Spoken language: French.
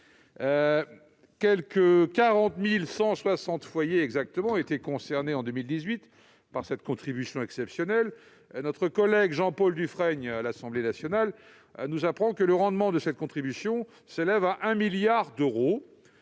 Exactement 40 160 foyers étaient concernés en 2018 par cette contribution exceptionnelle. Notre collègue Jean-Paul Dufrègne, à l'Assemblée nationale, nous apprend que le rendement de cette contribution s'élève à 1 milliard d'euros,